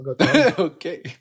Okay